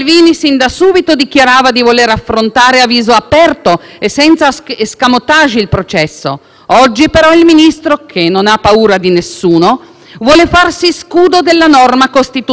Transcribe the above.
Oggi però il Ministro, che non ha paura di nessuno, vuole farsi scudo della norma costituzionale e invoca a sua difesa lo schieramento incondizionato di tutti i senatori della Lega